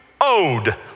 owed